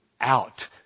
out